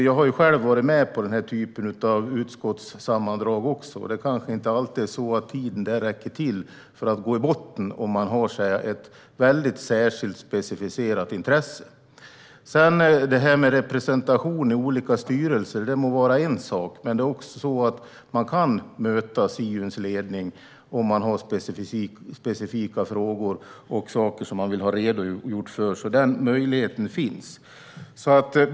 Jag har själv varit med på denna typ av utskottssammandrag, och det kanske inte alltid är så att tiden där räcker till för att man ska gå till botten om man har ett mycket specificerat intresse. Representation i olika styrelser må vara en sak. Men man kan också möta Siuns ledning om man har specifika frågor och saker som man vill att de redogör för. Den möjligheten finns alltså.